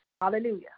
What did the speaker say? Hallelujah